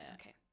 Okay